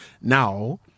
now